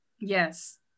Yes